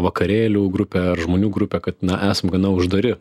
vakarėlių grupę ar žmonių grupę kad na esam gana uždari